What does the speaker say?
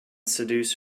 seduce